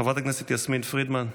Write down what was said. חברת הכנסת יסמין פרידמן,